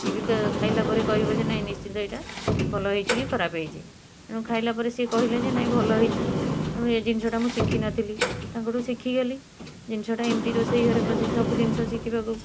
ସିଏ ବି ଖାଇଲାପରେ କହିବ ଯେ ନାଇଁ ନିଶ୍ଚିନ୍ତ ଏଇଟା ଭଲ ହେଇଛି କି ଖରାପ ହେଇଛି ତେଣୁ ଖାଇଲାପରେ ସିଏ କହିଲା ଯେ ନାଇଁ ଭଲ ହେଇଛି ତେଣୁ ଏ ଜିନଷଟା ମୁଁ ଶିଖିନଥିଲି ତାଙ୍କଠୁ ଶିଖିଗଲି ଜିନିଷଟା ଏମିତି ରୋଷେଇ ଘରେ ପଶି ସବୁ ଜିନିଷ ଶିଖିବାକୁ